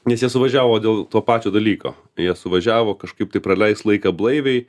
nes jie suvažiavo dėl to pačio dalyko jie suvažiavo kažkaip tai praleis laiką blaiviai